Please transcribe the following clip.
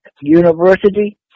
university